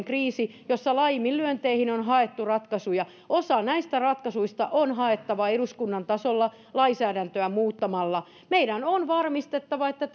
kriisi jossa laiminlyönteihin on haettu ratkaisuja osa näistä ratkaisuista on haettava eduskunnan tasolla lainsäädäntöä muuttamalla meidän on varmistettava että